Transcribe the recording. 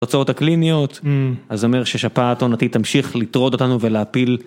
התוצאות הקליניות, אז אהמר ששפעת עונתית תמשיך לטרוד אותנו ולהפיל